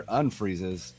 unfreezes